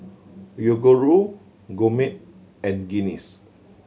Yoguru Gourmet and Guinness